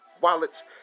wallets